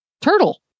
turtle